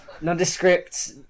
nondescript